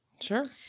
Sure